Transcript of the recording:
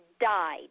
died